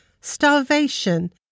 starvation